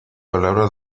palabra